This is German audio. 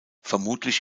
vermutlich